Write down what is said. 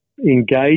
engage